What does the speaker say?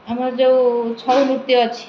ଆମର ଯୋଉ ଛଊ ନୃତ୍ୟ ଅଛି